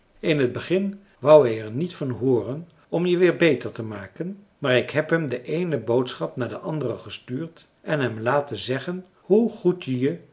in t begin wou hij er niet van hooren om je weer beter te maken maar ik heb hem de eene boodschap na de andere gestuurd en hem laten zeggen hoe goed je je